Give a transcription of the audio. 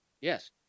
Yes